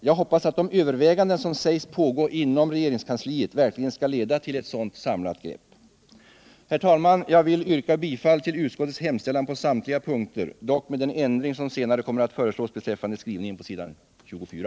Jag hoppas att de överväganden som sägs pågå inom regeringskansliet verkligen skall leda till ett sådant samlat grepp. Herr talman! Jag vill yrka bifall till utskottets hemställan på samtliga punkter, dock med den ändring som senare kommer att föreslås beträffande skrivningen på s. 24.